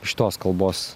šitos kalbos